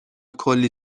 کلّی